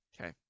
Okay